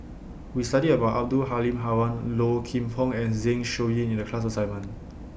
We studied about Abdul Halim Haron Low Kim Pong and Zeng Shouyin in The class assignment